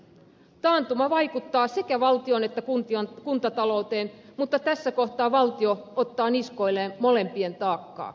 taantuma vaikuttaa sekä valtion että kuntatalouteen mutta tässä kohtaa valtio ottaa niskoilleen molempien taakkaa